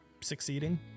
succeeding